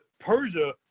Persia